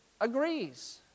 agrees